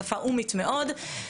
שפה ”או"מית” מאוד,